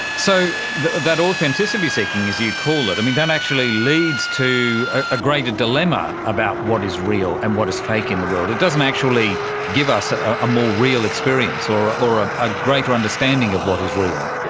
so that authenticity seeking, as you call it, and that actually leads to a greater dilemma about what is real and what is fake in the world. it doesn't actually give us a more real experience or or ah a greater understanding of what is real.